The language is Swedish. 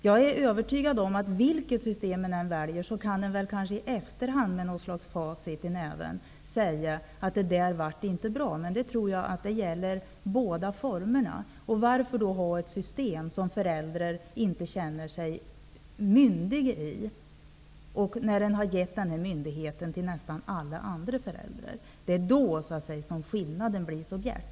Jag är övertygad om att man med vilket system man än väljer med facit i hand kan säga: Det blev inte bra. Men det gäller båda formerna. Varför skall man ha ett system som föräldrarna inte känner sig myndiga i när man har gett denna myndighet till nästan alla andra föräldrar? Skillnaden blir så bjärt.